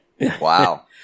Wow